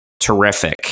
Terrific